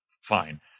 Fine